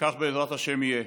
וכך בעזרת השם יהיה.